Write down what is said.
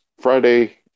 Friday